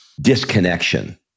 disconnection